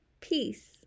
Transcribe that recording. Peace